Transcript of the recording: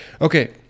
Okay